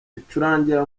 icurangira